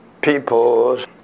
people's